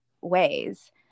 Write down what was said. ways